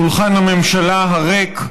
שולחן הממשלה הריק,